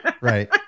Right